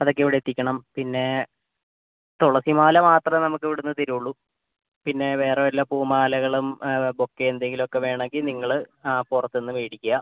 അതൊക്കെ ഇവിടെ എത്തിക്കണം പിന്നെ തുളസി മാല മാത്രമേ നമുക്ക് ഇവിടെന്ന് തരുള്ളു പിന്നെ വേറെ വല്ല പൂമാലകളും ബൊക്കെ എന്തേലൊക്കെ വേണമെങ്കിൽ നിങ്ങൾ പുറത്തൂന്ന് മേടിക്കാ